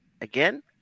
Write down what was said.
again